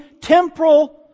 temporal